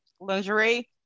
lingerie